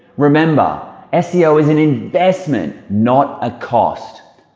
remember, ah seo is an investment not a cost.